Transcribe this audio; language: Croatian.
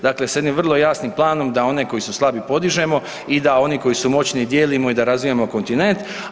Dakle, s jednim vrlo jasnim planom da one koji su slabi podižemo i da oni koji su moćni dijelimo i da razvijamo kontinent.